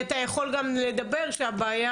אתה יכול גם לדבר שהבעיה,